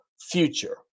future